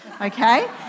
okay